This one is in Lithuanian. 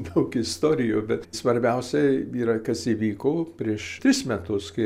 daug istorijų bet svarbiausiai yra kas įvyko prieš tris metus kai